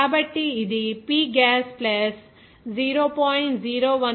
కాబట్టి ఇది P gas 0